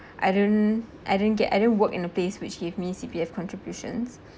I didn't I didn't get any work in a place which give me C_P_F contributions